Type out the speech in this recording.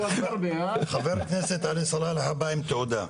חבר הכנסת עלי סלאלחה בא עם תעודה.